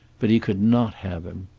but he could not have him.